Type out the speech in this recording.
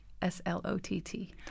S-L-O-T-T